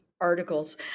articles